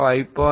5